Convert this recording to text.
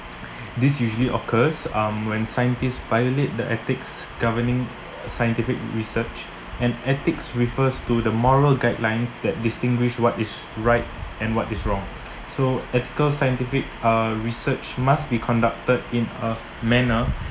this usually occurs um when scientists violate the ethics governing scientific research and ethics refers to the moral guidelines that distinguish what is right and what is wrong so ethical scientific uh research must be conducted in a manner